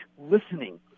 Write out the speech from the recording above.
listening